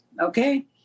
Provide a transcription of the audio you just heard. okay